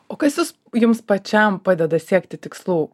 o kas jus jums pačiam padeda siekti tikslų